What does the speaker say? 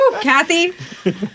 Kathy